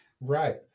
Right